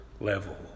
level